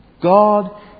God